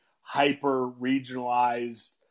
hyper-regionalized